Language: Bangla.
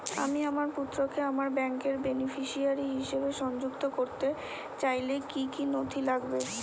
আমি আমার পুত্রকে আমার ব্যাংকের বেনিফিসিয়ারি হিসেবে সংযুক্ত করতে চাইলে কি কী নথি লাগবে?